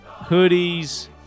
hoodies